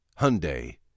Hyundai